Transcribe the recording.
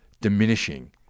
diminishing